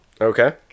Okay